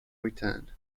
return